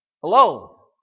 Hello